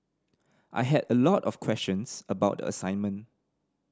I had a lot of questions about the assignment